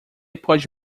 pode